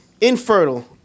infertile